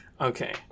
Okay